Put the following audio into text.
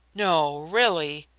no, really?